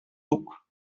duc